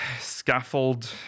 scaffold